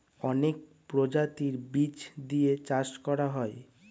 অনেক প্রজাতির বীজ দিয়ে চাষ করা হয়